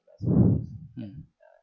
mm